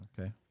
okay